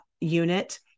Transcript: unit